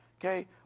Okay